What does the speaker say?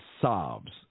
Sob's